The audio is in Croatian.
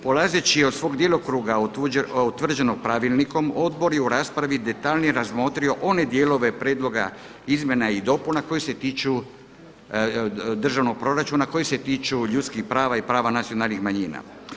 Polazeći od svog djelokruga utvrđenog pravilnikom, odbor je u raspravi detaljnije razmotrio one dijelove prijedloga izmjena i dopuna koji se tiču državnog proračuna, koji se tiču ljudskih prava i prava nacionalnih manjina.